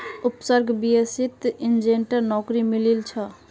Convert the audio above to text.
उपसर्गक बीएसईत एजेंटेर नौकरी मिलील छ